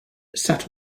sat